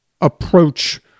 approach